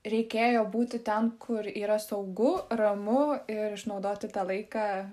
reikėjo būti ten kur yra saugu ramu ir išnaudoti tą laiką